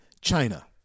China